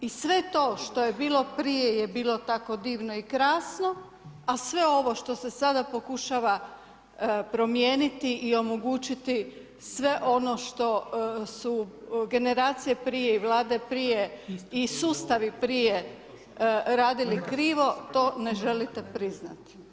I sve to što je bilo prije je bilo tako divno i krasno, a sve ovo što se sada pokušava promijeniti i omogućiti, sve ono što su generacije prije i Vlade prije i sustavi prije radili krivo, to ne želite priznati.